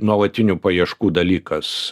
nuolatinių paieškų dalykas